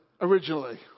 originally